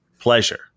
pleasure